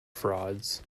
frauds